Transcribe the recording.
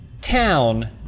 town